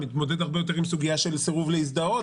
מתמודד הרבה יותר עם הסוגיה של הסירוב להזדהות,